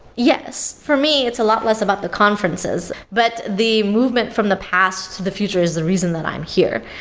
yes. for me, it's a lot less about the conferences. but the movement from the past to the future is the reason that i'm here.